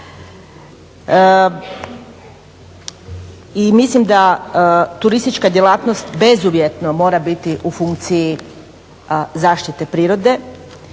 Mislim da turistička djelatnost bezuvjetno mora biti u funkciji zaštite prirode.